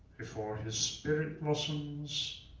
before his spirit blossoms,